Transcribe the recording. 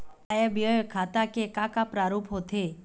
आय व्यय खाता के का का प्रारूप होथे?